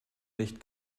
licht